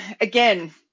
again